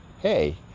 hey